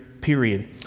period